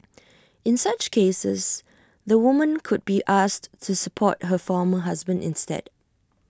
in such cases the woman could be asked to support her former husband instead